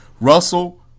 Russell